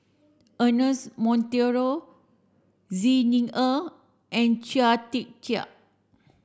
Ernest Monteiro Xi Ni Er and Chia Tee Chiak